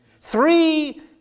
Three